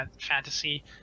fantasy